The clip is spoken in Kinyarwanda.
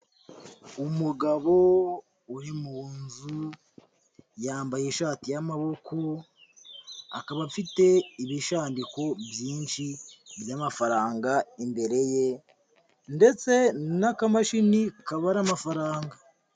Umugabo uri mu nzu yambaye ishati y'amaboko, akaba afite ibishandiko byinshi by'amafaranga imbere ye, ndetse n'akamashini kabara amafaranga.